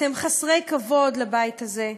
אתם חסרי כבוד לבית הזה,